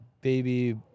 Baby